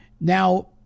Now